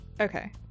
Okay